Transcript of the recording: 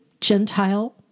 Gentile